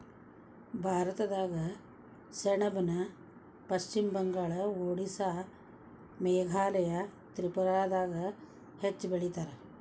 ಭಾರತದಾಗ ಸೆಣಬನ ಪಶ್ಚಿಮ ಬಂಗಾಳ, ಓಡಿಸ್ಸಾ ಮೇಘಾಲಯ ತ್ರಿಪುರಾದಾಗ ಹೆಚ್ಚ ಬೆಳಿತಾರ